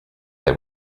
they